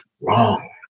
wrong